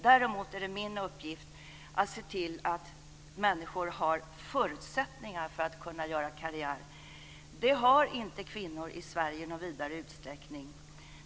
Däremot är det min uppgift att se till att människor har förutsättningar för att göra karriär. Det har inte kvinnor i Sverige i någon vidare utsträckning.